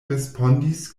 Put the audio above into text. respondis